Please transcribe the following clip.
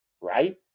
Right